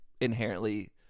inherently